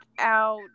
Out